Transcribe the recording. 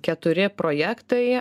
keturi projektai